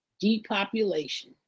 depopulation